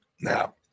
Now